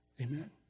Amen